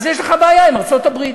יש לך בעיה עם ארצות-הברית.